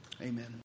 Amen